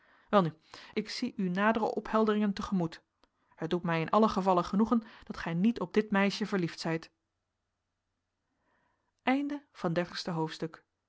welnu ik zie uw nadere ophelderingen te gemoet het doet mij in allen gevalle genoegen dat gij niet op dit meisje verliefd zijt een en dertigste hoofdstuk